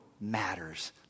matters